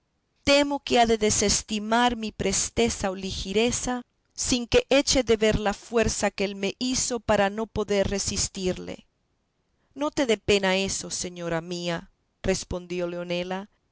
temo que ha de estimar mi presteza o ligereza sin que eche de ver la fuerza que él me hizo para no poder resistirle no te dé pena eso señora mía respondió leonela